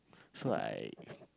so I